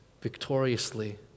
victoriously